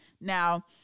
Now